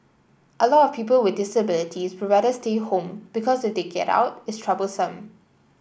a lot of people with disabilities rather stay home because they get out it's troublesome